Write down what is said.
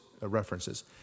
references